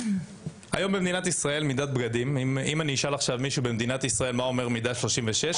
אם אשאל עכשיו מישהו במדינת ישראל מה אומרת המידה 36,